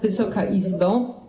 Wysoka Izbo!